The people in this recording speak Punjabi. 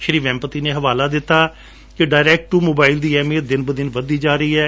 ਸ਼ੀ ਵੈਮਪਤੀ ਨੇ ਹਵਾਲਾ ਦਿੱਤਾ ਕਿ ਡਾਇਰੈਕਟ ਟੁ ਮੋਬਾਇਲ ਦੀ ਅਹਿਮੀਅਤ ਦਿਨ ਬ ਦਿਨ ਵਧਦੀ ਜਾ ਰਹੀ ਹੈ